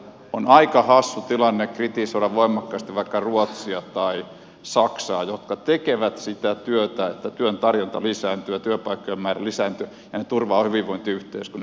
on aika hassu tilanne kritisoida voimakkaasti vaikka ruotsia tai saksaa jotka tekevät sitä työtä että työn tarjonta lisääntyy ja työpaikkojen määrä lisääntyy ja ne turvaavat hyvinvointiyhteiskunnan